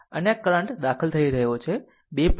આ કરંટ દાખલ થઈ રહ્યો છે 2